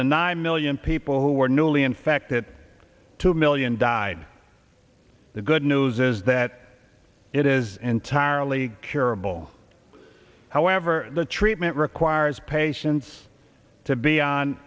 the nine million people who were newly infected two million died the good news is that it is entirely curable however the treatment requires patience to be on